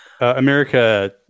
America